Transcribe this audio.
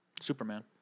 Superman